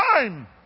time